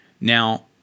Now